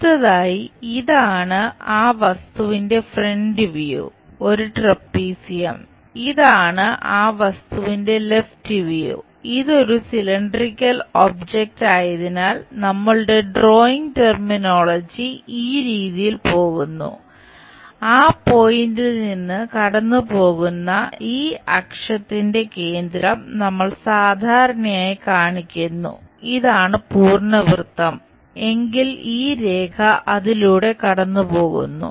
അടുത്തതായി ഇതാണ് ആ വസ്തുവിന്റെ ഫ്രന്റ് വ്യൂ അതിലൂടെ കടന്നുപോകുന്നു